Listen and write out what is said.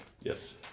yes